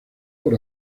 por